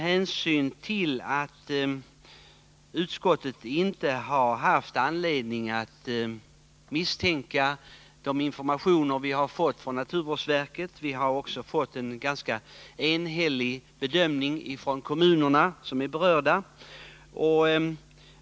Utskottet har inte haft anledning att misstro de informationer som utskottet fått från naturvårdsverket. Vi har också inom utskottet fått ta del av en ganska enhällig bedömning från de kommuner som är berörda.